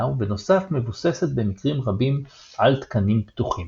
ובנוסף מבוססת במקרים רבים על תקנים פתוחים.